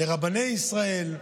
לרבני ישראל.